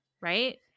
Right